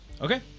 Okay